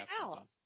out